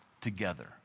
together